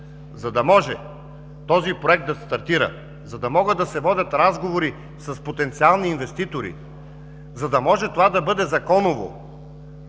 За да може днес този Проект да стартира, за да могат да се водят разговори с потенциални инвеститори, за да може това да бъде законово,